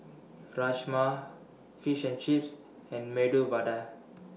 Rajma Fish and Chips and Medu Vada